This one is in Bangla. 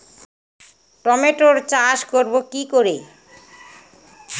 টমেটোর চাষ করব কি করে?